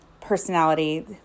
personality